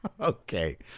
Okay